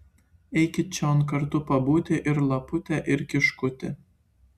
eikit čion kartu pabūti ir lapute ir kiškuti